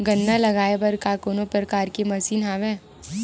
गन्ना लगाये बर का कोनो प्रकार के मशीन हवय?